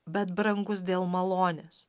bet brangus dėl malonės